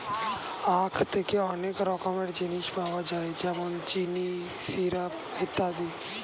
আখ থেকে অনেক রকমের জিনিস পাওয়া যায় যেমন চিনি, সিরাপ ইত্যাদি